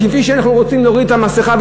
כפי שאנחנו רוצים להוריד את המסכה,